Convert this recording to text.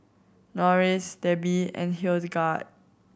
Norris Debbi and Hildegard